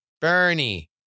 Bernie